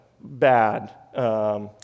bad